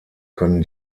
können